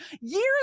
Years